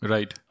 Right